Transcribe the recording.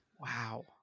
Wow